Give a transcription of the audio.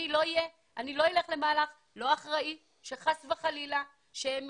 לא אלך למהלך לא אחראי כזה שחס וחלילה לא